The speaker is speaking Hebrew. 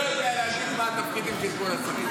לא יודע להגיד מה התפקידים של כל השרים.